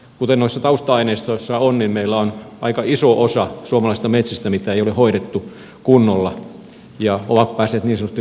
kuten noissa tausta aineistoissa on niin meillä on aika iso osa suomalaisista metsistä mitä ei ole hoidettu kunnolla ja ne ovat päässeet niin sanotusti rämettymään